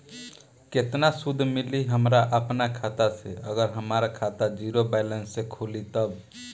केतना सूद मिली हमरा अपना खाता से अगर हमार खाता ज़ीरो बैलेंस से खुली तब?